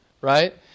right